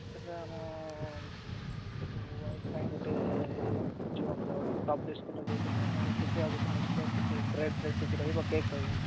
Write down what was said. sir wife ପାଇଁ ଗୋଟେ ଯୁ ଆମର ଟପ୍ ବିସ୍କୁଟ୍ଟା ଦେଇ ଦେବେ ଆଉ କିଛି ଆଉ କିଛି ମିକ୍ସଚର୍ କିଛି ବ୍ରେଡ଼୍ ଫ୍ରେଡ଼୍ କିଛି ରହିବ କେକ୍ ରହିବ